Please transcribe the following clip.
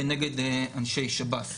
כנגד אנשי שב"ס.